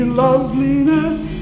loveliness